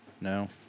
No